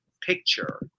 picture